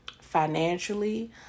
financially